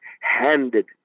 handed